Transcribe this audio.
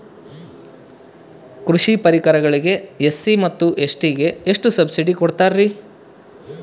ಕೃಷಿ ಪರಿಕರಗಳಿಗೆ ಎಸ್.ಸಿ ಮತ್ತು ಎಸ್.ಟಿ ಗೆ ಎಷ್ಟು ಸಬ್ಸಿಡಿ ಕೊಡುತ್ತಾರ್ರಿ?